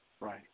Right